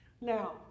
Now